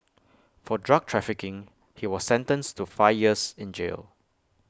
for drug trafficking he was sentenced to five years in jail